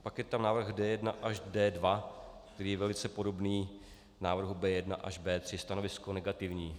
Pak je tam návrh D1 až D2, který je velice podobný návrhu B1 až B3. Stanovisko negativní.